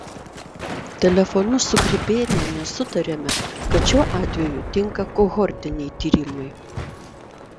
telefonu su grybėniene sutarėme kad šiuo atveju tinka kohortiniai tyrimai